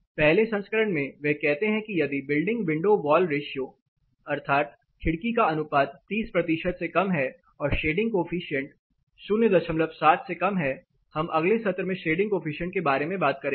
पहले संस्करण में वे कहते हैं कि यदि building window wall ratio WWRbldg अर्थात खिड़की का अनुपात 30 से कम है और शेडिंग कोफिशिएंट 07 से कम है हम अगले सत्र में शेडिंग कोफिशिएंट के बारे में बात करेंगे